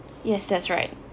yes that's right